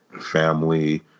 family